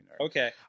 Okay